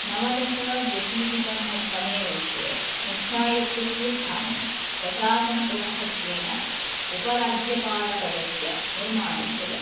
नवदशद्व्यशीतितमे वर्षे मुख्यायुक्तस्य स्थाने प्रशासनप्रमुखत्वेन उपराज्यपालपदस्य निर्माणं कृतम्